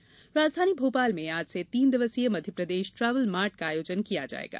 travel mart राजधानी भोपाल में आज से तीन दिवसीय मध्यप्रदेश ट्रेवल मार्ट का आयोजन किया जायेगा